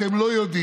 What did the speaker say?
אתם לא יודעים.